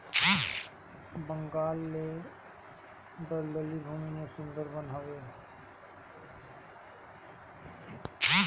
बंगाल ले दलदली भूमि में सुंदर वन हवे